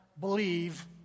believe